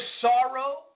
sorrow